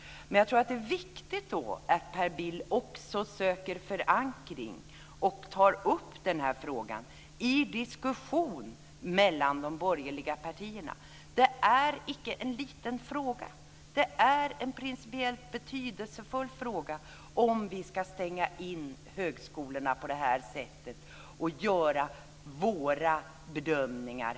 Men jag tror att det är viktigt att Per Bill försöker förankra och tar upp den här frågan i diskussioner med de borgerliga partierna. Det är icke en liten fråga. Det är en principiellt betydelsefull fråga om vi ska stänga in högskolorna på det här sättet och göra våra bedömningar.